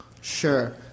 sure